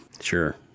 Sure